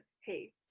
hey